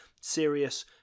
serious